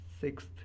sixth